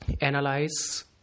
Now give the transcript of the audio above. analyze